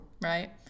right